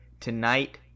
Tonight